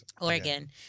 Oregon